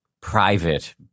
private